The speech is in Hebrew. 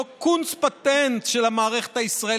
לא קונץ-פטנט של המערכת הישראלית,